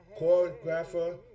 choreographer